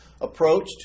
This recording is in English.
approached